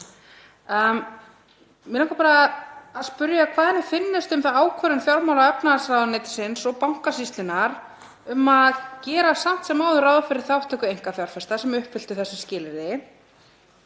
Mig langar að spyrja hvað henni finnist um þá ákvörðun fjármála- og efnahagsráðuneytisins og Bankasýslunnar um að gera samt sem áður ráð fyrir þátttöku einkafjárfesta sem uppfylltu þessi skilyrði,